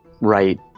right